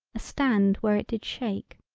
a stand where it did shake.